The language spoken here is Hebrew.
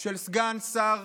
של סגן השר